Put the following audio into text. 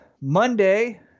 Monday